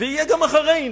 ויהיה גם אחרי "אינטל",